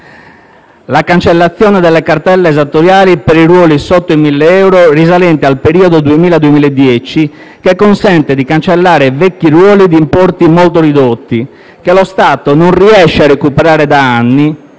la cancellazione delle cartelle esattoriali per i ruoli sotto i 1.000 euro risalenti al periodo 2000-2010, che consente di cancellare vecchi ruoli di importi molto ridotti che lo Stato non riesce a recuperare da anni